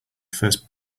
first